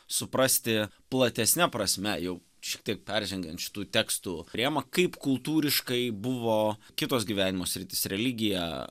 suprasti platesne prasme jau šiek tiek peržengiant šitų tekstų rėmą kaip kultūriškai buvo kitos gyvenimo sritys religija